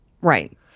Right